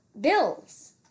Bills